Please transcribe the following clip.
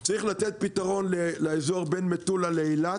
צריך לתת פתרון לאזור בין מטולה לאילת